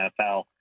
NFL